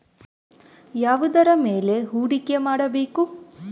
ಯಾವುದರ ಮೇಲೆ ಹೂಡಿಕೆ ಮಾಡಬೇಕು?